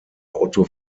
otto